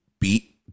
beat